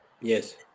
Yes